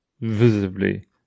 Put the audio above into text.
visibly